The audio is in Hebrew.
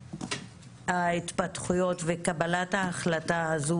ההתפתחויות וקבלת ההחלטה הזו,